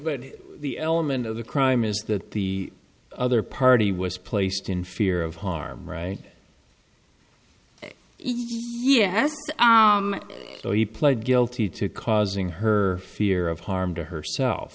the element of the crime is that the other party was placed in fear of harm right yes so he pled guilty to causing her fear of harm to herself